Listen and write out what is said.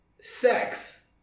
sex